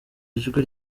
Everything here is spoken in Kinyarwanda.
ijwi